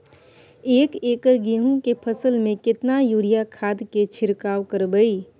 एक एकर गेहूँ के फसल में केतना यूरिया खाद के छिरकाव करबैई?